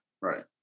right